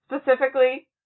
specifically